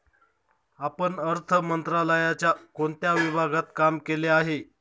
आपण अर्थ मंत्रालयाच्या कोणत्या विभागात काम केले आहे?